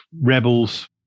rebels